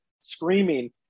screaming